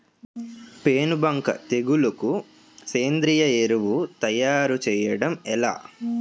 పేను బంక తెగులుకు సేంద్రీయ ఎరువు తయారు చేయడం ఎలా?